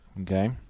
Okay